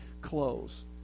close